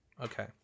Okay